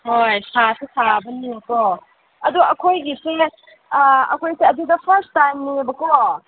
ꯍꯣꯏ ꯁꯥꯁꯨ ꯁꯥꯕꯅꯤꯅꯀꯣ ꯑꯗꯨ ꯑꯩꯈꯣꯏꯒꯤꯁꯦ ꯑꯩꯈꯣꯏꯁꯦ ꯑꯗꯨꯗ ꯐꯥꯔꯁ ꯇꯥꯏꯝꯅꯦꯕꯀꯣ